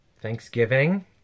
Thanksgiving